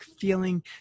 feeling